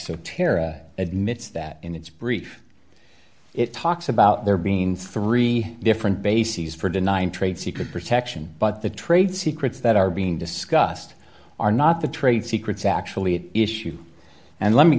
so tara admits that in its brief it talks about there being three different bases for denying trade secret protection but the trade secrets that are being discussed are not the trade secrets actually at issue and let me